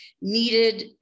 needed